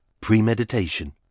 premeditation